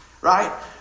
right